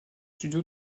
studio